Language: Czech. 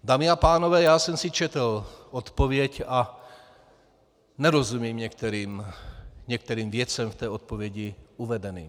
Dámy a pánové, já jsem si četl odpověď a nerozumím některým věcem v odpovědi uvedeným.